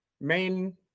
main